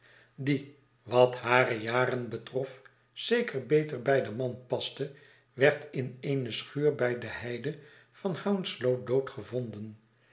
die wat hare jaren betrof zeker beter bij den man paste werd in eene schuur bij de heide van hounslow dood gevonden